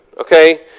okay